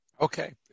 Okay